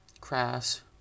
crass